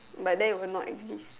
but there even not exist